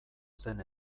zen